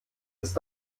ist